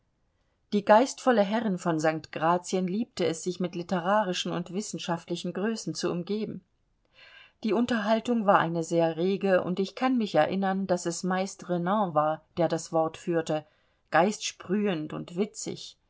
die geistvolle herrin von st gratien liebte es sich mit litterarischen und wissenschaftlichen größen zu umgeben die unterhaltung war eine sehr rege und ich kann mich erinnern daß es meist renan war der das wort führte geistsprühend und witzig